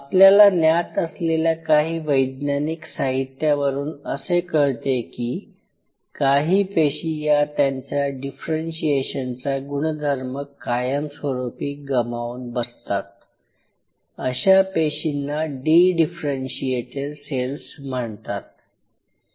आपल्याला ज्ञात असलेल्या काही वैज्ञानिक साहित्यावरून असे कळते की काही पेशी या त्यांचा डिफरेंशीएशनचा गुणधर्म कायमस्वरूपी गमावून बसतात अशा पेशींना डी डिफरेंशीएटेड सेल्स म्हणतात